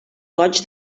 goigs